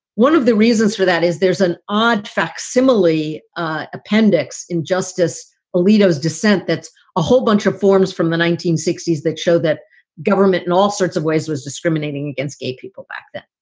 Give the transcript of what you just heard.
one of the reasons for that is there's an odd facsimile appendix in justice alito's dissent. that's a whole bunch of forms from the nineteen sixty s that show that government and all sorts of ways was discriminating against gay people back then.